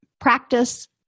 Practice